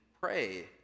pray